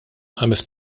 ħames